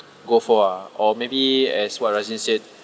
go for ah or maybe as what razin said